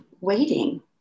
waiting